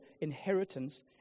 inheritance